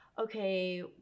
okay